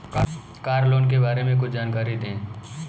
Car loan के बारे में कुछ जानकारी दें?